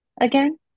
again